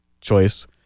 choice